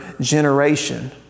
generation